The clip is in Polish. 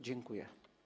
Dziękuję.